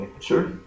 Sure